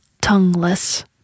tongueless